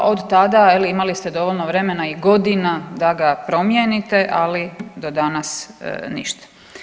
Od tada imali ste dovoljno vremena i godina da ga promijenite, ali do danas ništa.